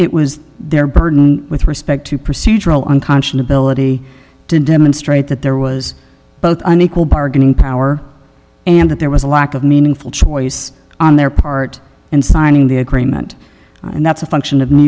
it was their burden with respect to procedural unconscionable a t to demonstrate that there was both unequal bargaining power and that there was a lack of meaningful choice on their part in signing the agreement and that's a function of new